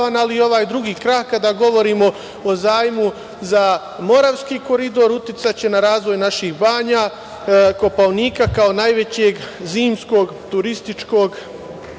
ali i ovaj drugi krak kada govorimo o zajmu za Moravski koridor uticaće na razvoj naših banja, Kopaonika, kao najvećeg zimskog turističkog